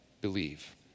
believe